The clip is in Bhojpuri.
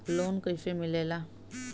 लोन कईसे मिलेला?